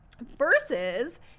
Versus